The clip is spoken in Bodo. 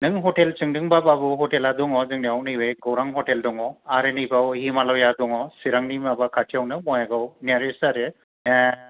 नों हथेल सोंदों बा बाबु हथेला दङ जोंनियाव नैबेहाय गौरां हथेल दङ आरो नैबाव हिमालया दङ सिरांनि माबा खाथियावनो बङायगाव आव नियारेसथ आरो